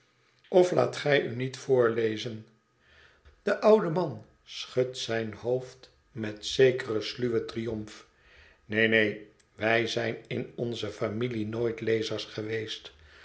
of laat gij u niet voorlezen de oude man schudt zijn hoofd met zekeren sluwen triomf neen neen wij zijn in onze familie nooit lezers geweest